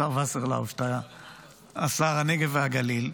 השר וסרלאוף, שר הנגב והגליל.